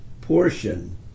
portion